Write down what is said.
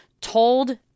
told